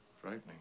Frightening